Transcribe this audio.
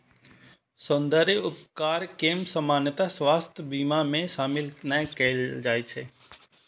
सौंद्रर्य उपचार कें सामान्यतः स्वास्थ्य बीमा मे शामिल नै कैल जाइ छै